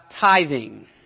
tithing